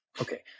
Okay